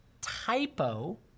typo